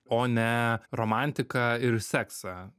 o ne romantiką ir seksą